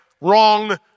wrong